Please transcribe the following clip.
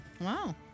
Wow